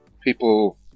people